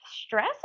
stress